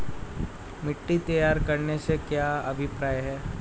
मिट्टी तैयार करने से क्या अभिप्राय है?